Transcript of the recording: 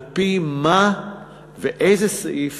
על-פי מה ואיזה סעיף